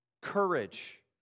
courage